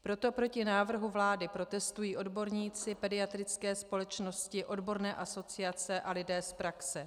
Proto proti návrhu vlády protestují odborníci, pediatrické společnosti, odborné asociace a lidé z praxe.